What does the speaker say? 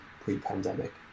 pre-pandemic